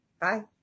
Bye